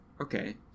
Okay